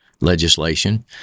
legislation